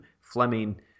Fleming